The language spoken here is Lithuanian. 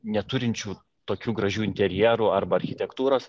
neturinčių tokių gražių interjerų arba architektūros